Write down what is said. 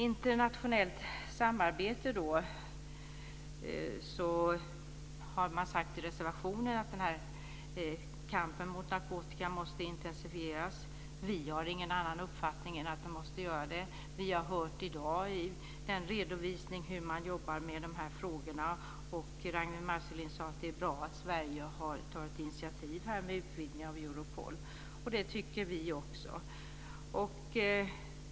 I reservationen om internationellt samarbete säger man att kampen mot narkotikan måste intensifieras. Vi har ingen annan uppfattning än att det måste göras. Vi har i dag hört i en redovisning hur man jobbar med de frågorna. Ragnwi Marcelind sade att det är bra att Sverige har tagit ett initiativ här med utvidgningen av Europol. Det tycker vi också.